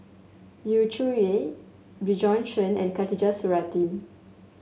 Yu Zhuye Bjorn Shen and Khatijah Surattee